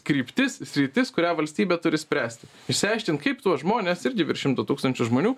kryptis sritis kurią valstybė turi spręst išsiaiškint kaip tuos žmones irgi virš šimto tūkstančio žmonių